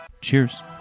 Cheers